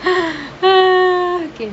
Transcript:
okay